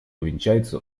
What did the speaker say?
увенчается